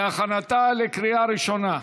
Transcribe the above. להכנתה לקריאה ראשונה.